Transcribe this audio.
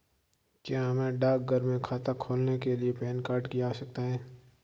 क्या हमें डाकघर में खाता खोलने के लिए पैन कार्ड की आवश्यकता है?